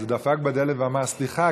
אז הוא דפק בדלת ואמר: סליחה,